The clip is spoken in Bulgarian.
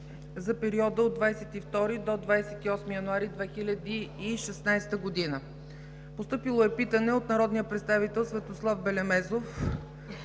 за периода от 22 до 28 януари 2016 г. Постъпили са питания от: - народния представител Светослав Белемезов